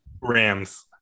Rams